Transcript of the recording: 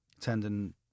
tendon